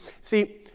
See